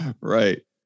right